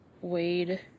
Wade